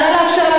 נא לאפשר לה